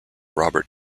robert